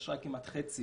אשראי כמעט חצי.